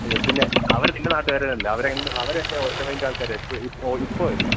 അയ്യോ പിന്നെ അവര് നിൻ്റെ നാട്ടുക്കാര് തന്നെയല്ലെ അവര് അവരൊക്കെ ഒറ്റ മൈൻഡ് ആൾക്കാരാണ് ഇപ്പോള് ഇപ്പോള് വരും